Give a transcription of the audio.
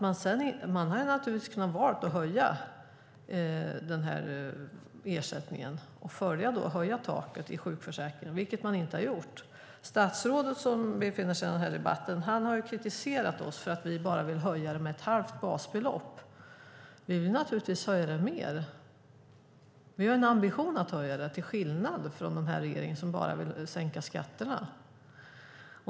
Man hade naturligtvis kunnat välja att höja ersättningen och höja taket i sjukförsäkringen, vilket man inte gjort. Statsrådet som deltar i denna debatt har kritiserat oss för att vi bara vill höja det med ett halvt basbelopp. Men vi vill naturligtvis höja det mer. Vi har en ambition att höja det, till skillnad från den här regeringen, som bara vill sänka skatterna.